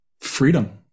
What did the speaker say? freedom